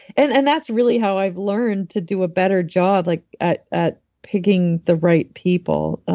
and and that's really how i've learned to do a better job like at at picking the right people.